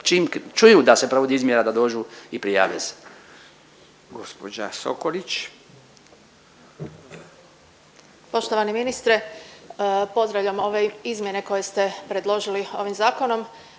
čuju da se provodi izmjera da dođu i prijave se.